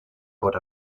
por